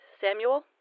Samuel